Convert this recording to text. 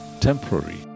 temporary